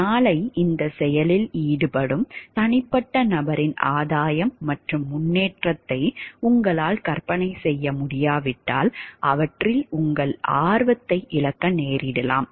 நாளை இந்த செயல்களில் ஈடுபடும் தனிப்பட்ட நபரின் ஆதாயம் மற்றும் முன்னேற்றத்தை உங்களால் கற்பனை செய்ய முடியாவிட்டால் அவற்றில் உங்கள் ஆர்வத்தை இழக்க நேரிடலாம்